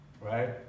right